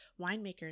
winemakers